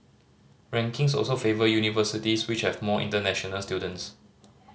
rankings also favour universities which have more international students